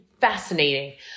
fascinating